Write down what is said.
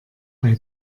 bei